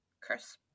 Chris